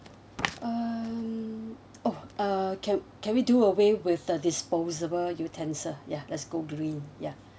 um oh uh can can we do a way with the disposable utensils ya let's go green ya